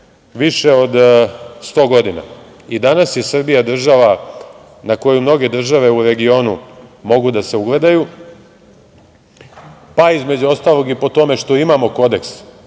više od 100 godina. Danas je Srbija država na koju mnoge države u regionu mogu da se ugledaju, pa između ostalog i po tome što imamo Kodeks